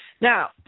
Now